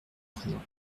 présent